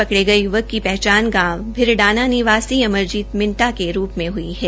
कड़े गये य्वक की हचान गांव भिरडाना निवासी अमरजीत मिन्टा के रूप में हई है